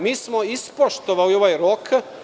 Mi smo ispoštovali ovaj rok.